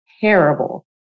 terrible